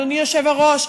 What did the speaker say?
אדוני היושב-ראש,